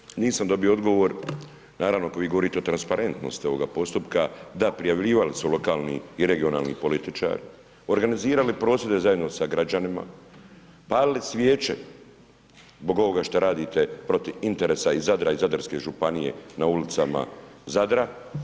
Ministre nisam dobio odgovor, naravno kad vi govorite transparentnosti ovoga postupka, da prijavljivali su lokalni i regionalni političari, organizirali prosvjede zajedno sa građanima, palili svijeće zbog ovoga šta radite protiv interesa i Zadra i Zadarske županije na ulicama Zadra.